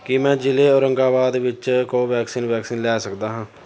ਕੀ ਮੈਂ ਜ਼ਿਲ੍ਹੇ ਔਰੰਗਾਬਾਦ ਵਿੱਚ ਕੋਵੈਕਸਿਨ ਵੈਕਸੀਨ ਲੈ ਸਕਦਾ ਹਾਂ